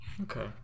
Okay